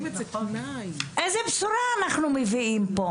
איזו בשורה אנחנו מביאים?